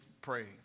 praying